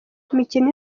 imikino